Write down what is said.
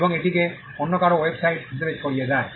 এবং এটিকে অন্য কারও ওয়েবসাইট হিসাবে ছাড়িয়ে যায়